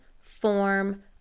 form